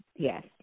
Yes